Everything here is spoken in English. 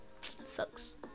sucks